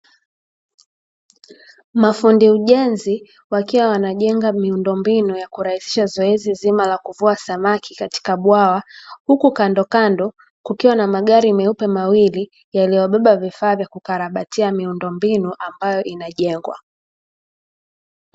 Mafundi ujenzi wakiwa wanajenga miundombinu ya kurahisisha zoezi zima la kuvua samaki katika bwawa, huku kandokando kukiwa na magari meupe mawili yaliyobeba vifaa vya kukarabatia miundombinu inayojengwa.